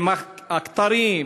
אם הכתרים,